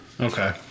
Okay